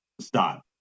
Stop